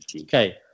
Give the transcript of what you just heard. Okay